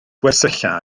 gwersylla